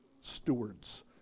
stewards